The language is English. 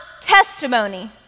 testimony